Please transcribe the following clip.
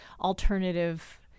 alternative